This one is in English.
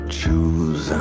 choose